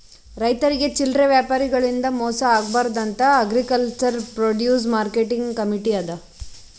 ರೈತರಿಗ್ ಚಲ್ಲರೆ ವ್ಯಾಪಾರಿಗಳಿಂದ್ ಮೋಸ ಆಗ್ಬಾರ್ದ್ ಅಂತಾ ಅಗ್ರಿಕಲ್ಚರ್ ಪ್ರೊಡ್ಯೂಸ್ ಮಾರ್ಕೆಟಿಂಗ್ ಕಮೀಟಿ ಅದಾ